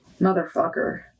Motherfucker